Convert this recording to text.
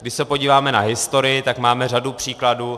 Když se podíváme na historii, tak máme řadu příkladů.